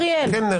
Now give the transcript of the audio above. דיבור